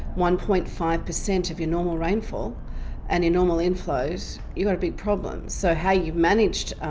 one point five percent of your normal rainfall and in normal inflows you're gotta big problem. so how you've managed